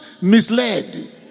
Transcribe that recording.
misled